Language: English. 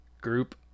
group